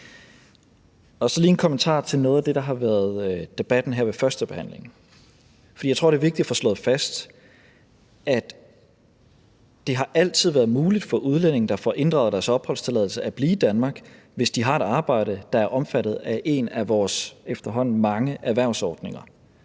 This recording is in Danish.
jeg lige en kommentar til noget af det, der har været debatteret her ved førstebehandlingen, for jeg tror, det er vigtigt at få slået fast, at det altid har været muligt for udlændinge, der får inddraget deres opholdstilladelse, at blive i Danmark, hvis de har et arbejde, der er omfattet af en af vores efterhånden mange erhvervsordninger.